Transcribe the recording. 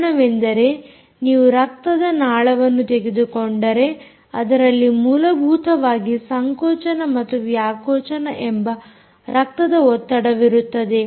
ಕಾರಣವೆಂದರೆ ನೀವು ರಕ್ತದ ನಾಳವನ್ನು ತೆಗೆದುಕೊಂಡರೆ ಅದರಲ್ಲಿ ಮೂಲಭೂತವಾಗಿ ಸಂಕೋಚನ ಮತ್ತು ವ್ಯಾಕೋಚನ ಎಂಬ ರಕ್ತದ ಒತ್ತಡವಿರುತ್ತದೆ